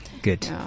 Good